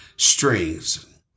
strings